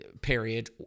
Period